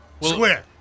Square